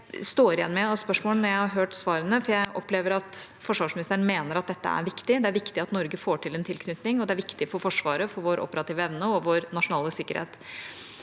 Jeg står igjen med spørsmål når jeg har hørt svarene. Jeg opplever at forsvarsministeren mener at dette er viktig, det er viktig at Norge får til en tilknytning, og det er viktig for Forsvaret, for vår operative evne og vår nasjonale sikkerhet.